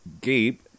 Gabe